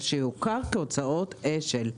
שיוכר כהוצאות אש"ל.